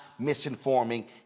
misinforming